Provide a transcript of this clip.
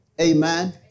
Amen